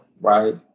right